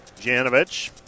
Janovich